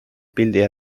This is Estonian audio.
pildi